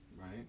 Right